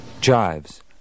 Jives